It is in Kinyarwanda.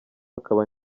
akaba